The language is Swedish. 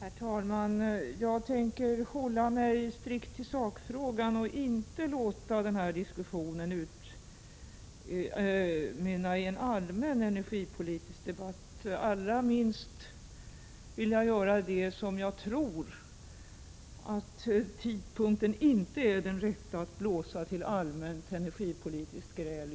Herr talman! Jag tänker hålla mig strikt till sakfrågan och inte låta diskussionen utmynna i en allmän energipolitisk debatt, allra helst som jag inte tror att tidpunkten just nu är den rätta för att blåsa till allmänt energipolitiskt gräl.